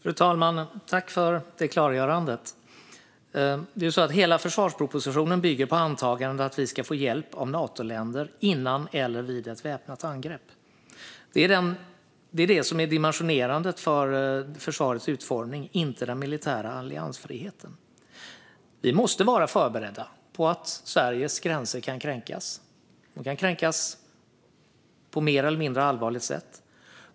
Fru talman! Jag tackar Kenneth G Forslund för klargörandet. Hela försvarspropositionen bygger på antagandet att vi ska få hjälp av Natoländer innan eller vid ett väpnat angrepp. Det är dimensionerandet för försvarets utformning, inte den militära alliansfriheten. Vi måste vara förberedda på att Sveriges gränser kan kränkas på mer eller mindre allvarligt sätt.